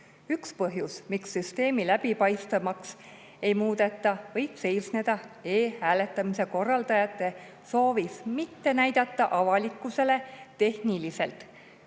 Üks põhjus, miks süsteemi läbipaistvamaks ei muudeta, võib seisneda e‑hääletamise korraldajate soovis mitte näidata avalikkusele tehnilisi